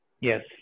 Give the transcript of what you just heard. Yes